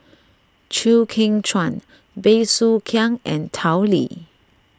Chew Kheng Chuan Bey Soo Khiang and Tao Li